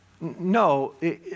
No